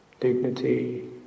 dignity